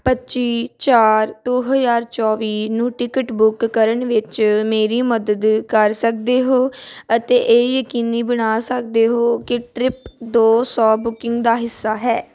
ਪੱਚੀ ਚਾਰ ਦੋ ਹਜ਼ਾਰ ਚੌਵੀ ਨੂੰ ਟਿਕਟ ਬੁੱਕ ਕਰਨ ਵਿੱਚ ਮੇਰੀ ਮਦਦ ਕਰ ਸਕਦੇ ਹੋ ਅਤੇ ਇਹ ਯਕੀਨੀ ਬਣਾ ਸਕਦੇ ਹੋ ਕਿ ਟਰਿੱਪ ਦੋ ਸੌ ਬੁਕਿੰਗ ਦਾ ਹਿੱਸਾ ਹੈ